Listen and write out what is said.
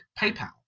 PayPal